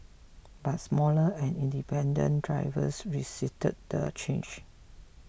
but smaller and independent drivers resisted the change